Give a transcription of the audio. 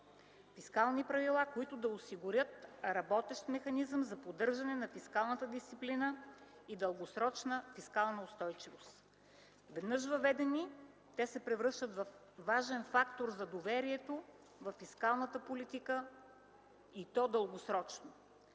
Фискални правила, които да осигурят работещ механизъм за поддържане на фискалната дисциплина и дългосрочна фискална устойчивост. Веднъж въведени те се превръщат във важен фактор за доверието във фискалната политика и то дългосрочно.